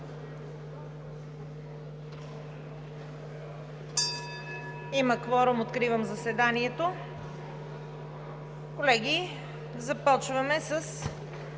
Има кворум. Откривам заседанието. Колеги, започваме с